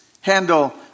handle